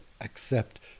accept